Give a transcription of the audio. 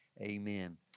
amen